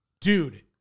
Dude